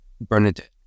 Bernadette